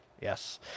yes